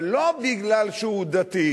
אבל לא בגלל שהוא דתי.